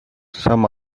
some